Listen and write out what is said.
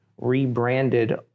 rebranded